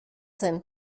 zen